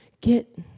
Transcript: get